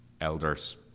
elders